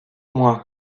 moins